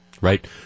Right